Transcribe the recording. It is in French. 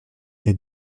est